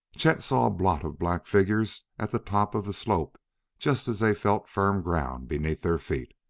chet saw a blot of black figures at the top of the slope just as they felt firm ground beneath their feet.